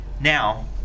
Now